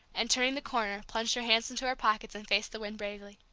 and, turning the corner, plunged her hands into her pockets, and faced the wind bravely.